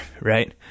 right